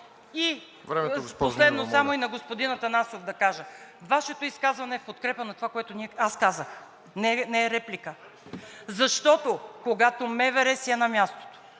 Последно само и на господин Атанасов да кажа: Вашето изказване е в подкрепа на това, което аз казах. Не е реплика. Защото когато МВР си е на мястото